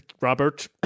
Robert